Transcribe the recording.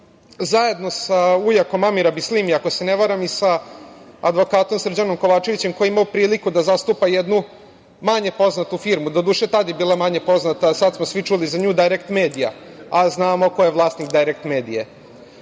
zajedno sa ujakom Amira Bislimija, ako se ne varam, i sa advokatom Srđanom Kovačevićem koji je imao priliku da zastupa jednu manje poznatu firmu. Doduše, tad je bila manje poznata, a sad smo svi čuli za nju – „Dajrekt medija“, a znamo ko je vlasnik „Dajrek